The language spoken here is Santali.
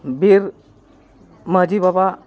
ᱵᱤᱨ ᱢᱟᱺᱡᱷᱤ ᱵᱟᱵᱟ